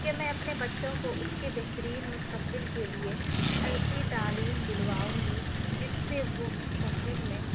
کہ میں اپنے بچوں کو اس کے بہترین مستقبل کے لیے ایسی تعلیم دلواؤں گی جس سے وہ مستقبل میں